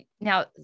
Now